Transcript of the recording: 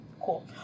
Cool